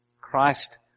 Christ